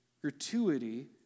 gratuity